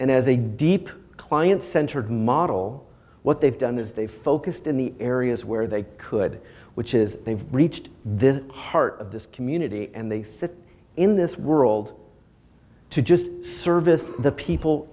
and has a deep client centered model what they've done is they focused in the areas where they could which is they've reached the heart of this community and they sit in this world to just service the people